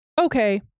okay